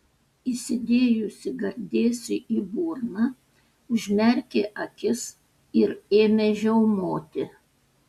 įsidėjusi gardėsį į burną užmerkė akis ir ėmė žiaumoti